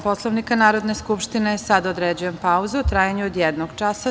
Poslovnika Narodne skupštine, određujem pauzu u trajanju od jednog sata.